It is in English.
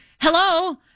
hello